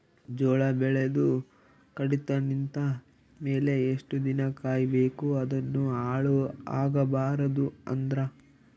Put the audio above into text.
ಜೋಳ ಬೆಳೆದು ಕಡಿತ ನಿಂತ ಮೇಲೆ ಎಷ್ಟು ದಿನ ಕಾಯಿ ಬೇಕು ಅದನ್ನು ಹಾಳು ಆಗಬಾರದು ಅಂದ್ರ?